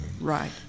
Right